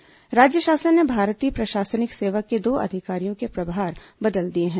IAS तबादला राज्य शासन ने भारतीय प्रशासनिक सेवा के दो अधिकारियों के प्रभार बदल दिए हैं